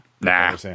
nah